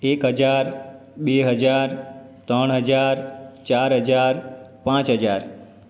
એક હજાર બે હજાર ત્રણ હજાર ચાર હજાર પાંચ હજાર